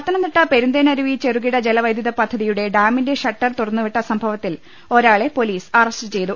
പത്തനംതിട്ട പെരുന്തേനരുവി ചെറുകിട ജലവൈദ്യുത പദ്ധതിയുടെ ഡാമിന്റെ ഷട്ടർ തുറന്നുവിട്ട സംഭവത്തിൽ ഒരാളെ പൊലീസ് അറസ്റ്റ് ചെയ്തു